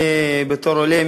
אני בתור עולה,